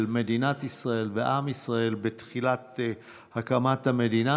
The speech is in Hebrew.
מדינת ישראל ועם ישראל בתחילת הקמת המדינה.